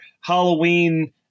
Halloween